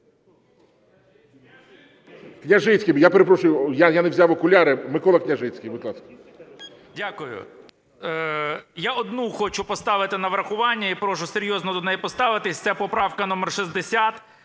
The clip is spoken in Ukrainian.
я не взяв окуляри. Микола Княжицький, будь ласка. 15:06:34 КНЯЖИЦЬКИЙ М.Л. Дякую. Я одну хочу поставити на врахування і прошу серйозно до неї поставитись, це поправка номер 60,